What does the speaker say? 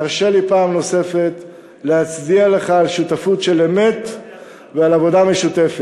תרשה לי פעם נוספת להצדיע לך על שותפות של אמת ועל עבודה משותפת.